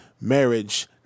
marriage